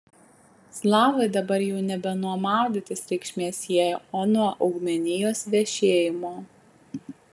slavai dabar jau nebe nuo maudytis reikšmės sieja o nuo augmenijos vešėjimo